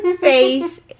face